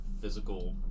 physical